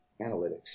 analytics